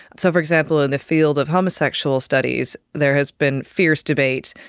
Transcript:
so, for example, in the field of homosexual studies there has been fierce debate,